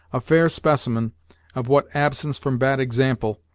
a fair specimen of what absence from bad example,